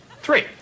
Three